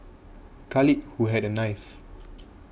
Khalid who had a knife